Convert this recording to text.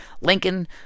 lincoln